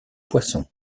poissons